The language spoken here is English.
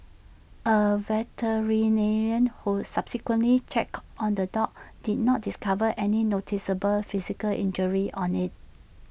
A veterinarian who subsequently checked on the dog did not discover any noticeable physical injuries on IT